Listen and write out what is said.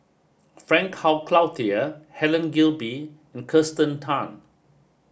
Frank Cloutier Helen Gilbey and Kirsten Tan